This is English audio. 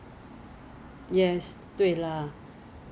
ya ya ya ya ya ya ya ya ya ya ya ya ya maybe